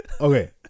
Okay